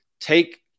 take